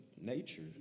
nature